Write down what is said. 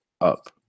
up